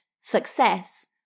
success